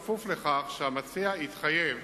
כפוף לכך שהמציע יתחייב,